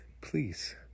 please